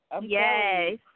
Yes